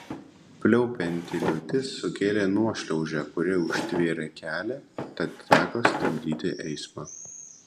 pliaupianti liūtis sukėlė nuošliaužą kuri užtvėrė kelią tad teko stabdyti eismą